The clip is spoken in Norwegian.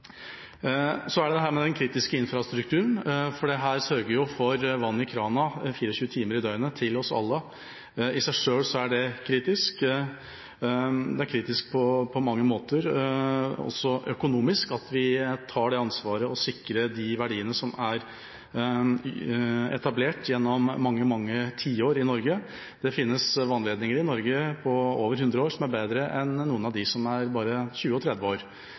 Så er det den kritiske infrastrukturen, den sørger for vann i kranen 24 timer i døgnet til oss alle. I seg selv er det kritisk. Det er kritisk på mange måter, også økonomisk. Vi tar det ansvaret og sikrer de verdiene som er etablert gjennom mange tiår i Norge. Det finnes vannledninger i Norge som er over 100 år, som er bedre enn noen av dem som er bare 20–30 år.